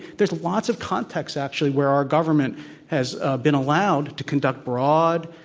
there's lots of contexts, actually, where our government has been allowed to conduct broad,